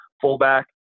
fullback